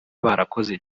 barakoze